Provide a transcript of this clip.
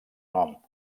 nom